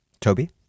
Toby